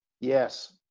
yes